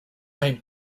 time